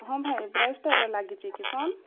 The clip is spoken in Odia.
ହଁ ଭାଇ ବ୍ରାଇସ୍ ଷ୍ଟାର୍ରେ ଲାଗିଛି କି ଫୋନ୍